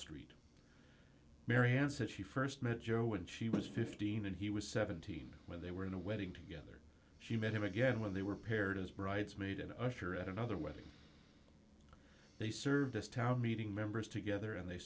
street marianne said she st met joe when she was fifteen and he was seventeen when they were in a wedding together she met him again when they were paired as bridesmaid and usher at another wedding they served this town meeting members together and they